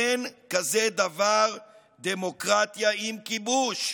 אין כזה דבר דמוקרטיה עם כיבוש.